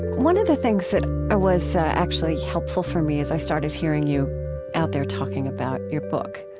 one of the things that ah was actually helpful for me as i started hearing you out there talking about your book